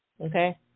Okay